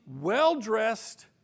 well-dressed